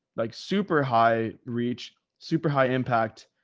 like super high reach, super high impact,